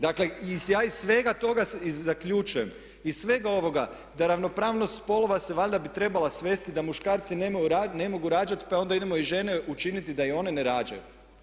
Dakle, ja iz svega toga zaključujem, iz svega ovoga, da ravnopravnost spolova se valjda bi trebala svesti da muškarci ne mogu rađati pa onda idemo i žene učiniti da i one ne rađaju.